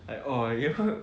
orh gabriel